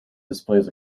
displays